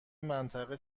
منطقه